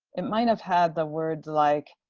it might have had the words like,